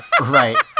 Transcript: Right